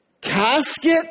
casket